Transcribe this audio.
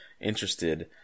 interested